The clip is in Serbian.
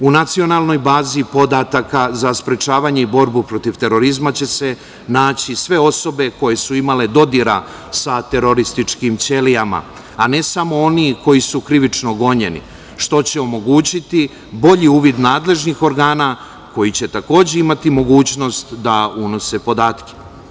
U nacionalnoj bazi podataka za sprečavanje i borbu protiv terorizma će se naći sve osobe koje su imale dodira sa terorističkim ćelijama, a ne samo oni koji su krivično gonjeni, što će omogućiti bolji uvid nadležnih organa, koji će takođe imati mogućnost da unose podatke.